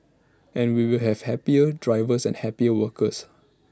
and we will have happier drivers and happier workers